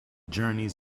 journeys